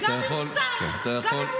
אז הוא